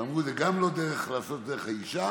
אמרו: זו גם לא דרך לעשות את זה דרך האישה,